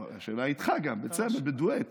איתך, בדואט.